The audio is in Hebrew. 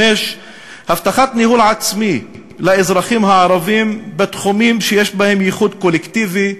5. הבטחת ניהול עצמי לאזרחים הערבים בתחומים שיש בהם ייחוד קולקטיבי,